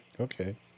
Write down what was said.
Okay